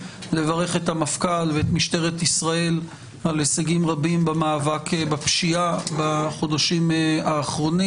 המפכ"ל ואת משטרת ישראל על ההישגים האלה בחודשים האחרונים.